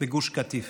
בגוש קטיף.